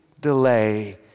delay